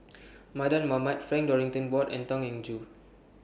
Mardan Mamat Frank Dorrington Ward and Tan Eng Joo